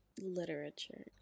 literature